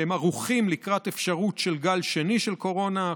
שהם ערוכים לקראת אפשרות של גל שני של קורונה.